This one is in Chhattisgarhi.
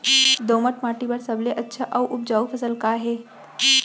दोमट माटी बर सबले अच्छा अऊ उपजाऊ फसल का हे?